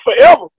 forever